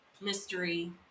mystery